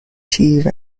achieve